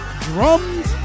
drums